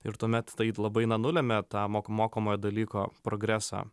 ir tuomet tai labai na nulemia tą mok mokomojo dalyko progresą